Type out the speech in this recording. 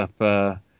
up